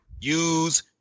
use